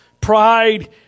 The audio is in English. pride